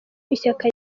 ishyaka